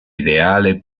ideale